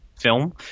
film